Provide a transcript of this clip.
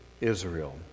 Israel